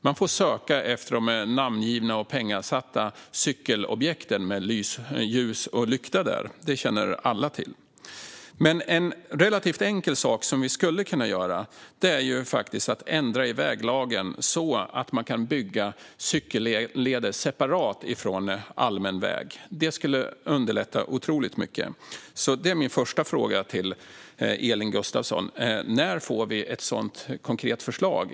Där får man söka efter de namngivna och pengasatta cykelobjekten med ljus och lykta, vilket alla känner till. En relativt enkel sak som vi skulle kunna göra är att ändra i väglagen, så att man kan bygga cykelleder separat från allmän väg. Det skulle underlätta otroligt mycket. När får vi ett sådant konkret förslag, Elin Gustafsson?